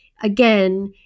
again